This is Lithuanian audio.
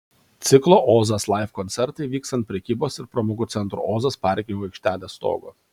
ciklo ozas live koncertai vyks ant prekybos ir pramogų centro ozas parkingo aikštelės stogo